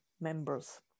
members